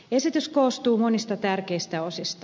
esitys koostuu monista tärkeistä osista